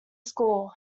score